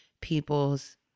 people's